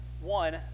One